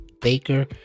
Baker